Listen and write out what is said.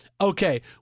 okay